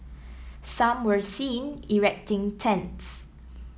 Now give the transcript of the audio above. some were seen erecting tents